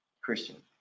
Christian